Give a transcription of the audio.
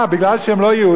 מה, רק כי הם לא יהודים?